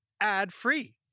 ad-free